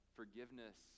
forgiveness